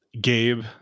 Gabe